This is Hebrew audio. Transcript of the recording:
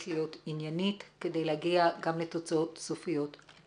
להיות עניינית כדי להגיע גם לתוצאות סופיות.